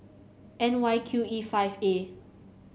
N Y Q E five A